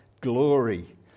glory